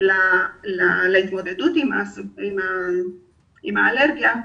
להתמודדות עם האלרגיה,